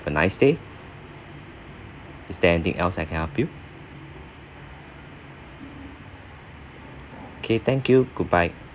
a nice day is there anything else I can help you K thank you goodbye